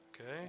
Okay